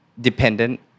dependent